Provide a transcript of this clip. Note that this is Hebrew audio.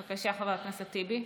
בבקשה, חבר הכנסת טיבי.